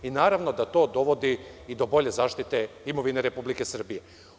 Naravno da to dovodi i do bolje zaštite imovine Republike Srbije.